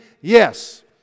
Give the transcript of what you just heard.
Yes